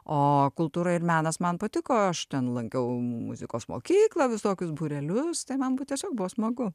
o kultūra ir menas man patiko aš ten lankiau muzikos mokyklą visokius būrelius tai man bu tiesiog buvo smagu